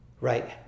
right